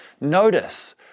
notice